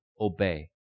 obey